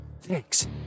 Thanks